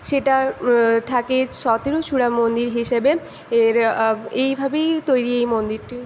সেটা থাকে সতেরো চূড়া মন্দির হিসেবে এর এইভাবেই তৈরি এই মন্দিরটি